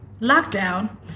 lockdown